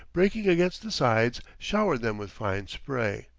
breaking against the sides, showered them with fine spray.